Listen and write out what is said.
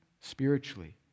spiritually